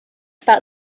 about